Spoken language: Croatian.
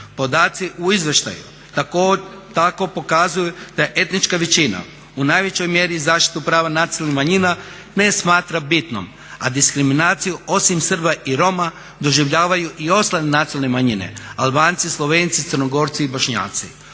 Podaci u izvještaju tako pokazuju da je etnička većina u najvećoj mjeri … zaštitu prava nacionalni manjina ne smatra bitnom, a diskriminaciju osim Srba i Roma doživljavaju i ostale nacionalne manjine: Albanci, Slovenci, Crnogorci i Bošnjaci.